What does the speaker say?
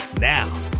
Now